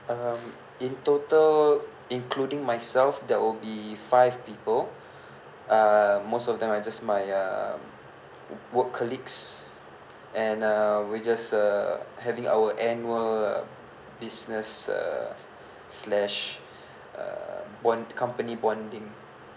um in total including myself there will be five people uh most of them are just my uh work colleagues and uh we just uh having our annual business uh slash uh bond~ company bonding